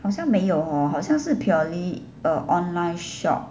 好像没有 hor 好像是 purely uh online shop